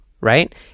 right